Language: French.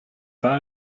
pas